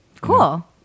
Cool